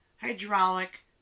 hydraulic